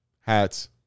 hats